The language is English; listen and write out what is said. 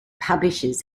publishes